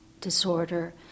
disorder